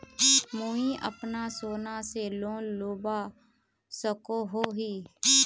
मुई अपना सोना से लोन लुबा सकोहो ही?